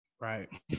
Right